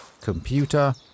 computer